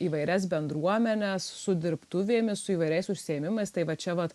įvairias bendruomenes su dirbtuvėmis su įvairiais užsiėmimais tai va čia vat